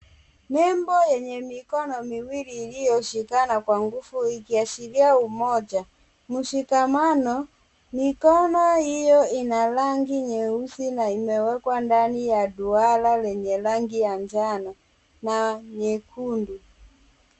Nembo yenye mikono miwili iliyoshikana kwa nguvu ikiyashilia umoja, mshikamano .Mikono iyo ina rangi nyeusi na imewekwa ndani ya duara lenye rangi ya njano, na nyekundu.